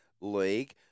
League